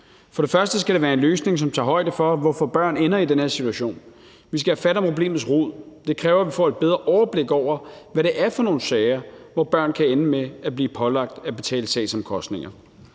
For det første skal det være en løsning, som tager højde for, hvorfor børn ender i den her situation. Vi skal have fat om problemets rod. Det kræver, at vi får et bedre overblik over, hvad det er for nogle sager, hvor børn kan ende med at blive pålagt at skulle betale sagsomkostninger.